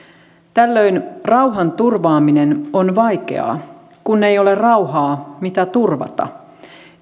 tällöin rauhanturvaaminen on vaikeaa kun ei ole rauhaa mitä turvata